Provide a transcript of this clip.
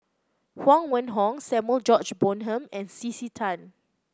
Huang Wenhong Samuel George Bonham and C C Tan